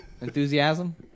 Enthusiasm